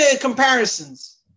comparisons